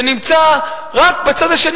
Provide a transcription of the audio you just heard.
שנמצא רק בצד השני,